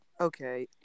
okay